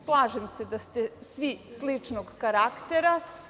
Slažem se da ste svi sličnog karaktera.